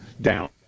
down